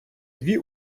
дві